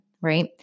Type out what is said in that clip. right